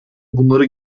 bunları